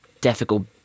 difficult